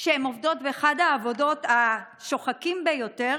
שהן עובדות באחד המקצועות השוחקים ביותר